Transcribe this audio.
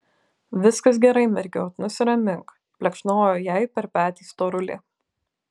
viskas gerai mergiot nusiramink plekšnojo jai per petį storulė